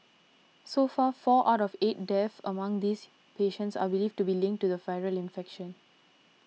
so far four out of eight deaths among these patients are believed to be linked to the virus infection